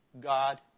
God